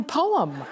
poem